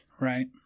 Right